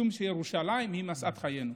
משום שירושלים היא משאת חיינו.